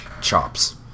Chops